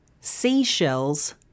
seashells